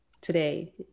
today